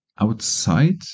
outside